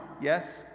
Yes